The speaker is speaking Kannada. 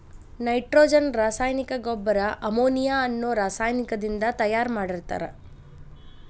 ನೈಟ್ರೋಜನ್ ರಾಸಾಯನಿಕ ಗೊಬ್ಬರ ಅಮೋನಿಯಾ ಅನ್ನೋ ರಾಸಾಯನಿಕದಿಂದ ತಯಾರ್ ಮಾಡಿರ್ತಾರ